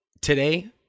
today